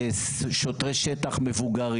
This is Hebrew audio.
אני לא רוצה לראות שוטרי שטח מבוגרים,